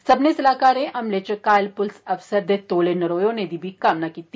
सब्मनें सलाहकारें हमले इच घायल पुलस अफसर दे तौले नरोए होने दी कामना कीती